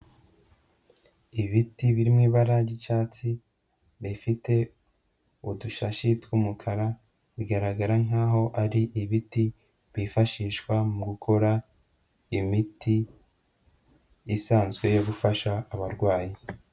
Ibiti biri mu ibara ry'icyatsi bifite udushashi tw'umukara, bigaragara nkaho ari ibiti byifashishwa mu gukora imiti isanzwe yo gufasha abarwayi.